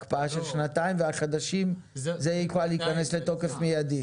הקפאה של שנתיים והחדשים זה כבר יכנס לתוקף מיידי.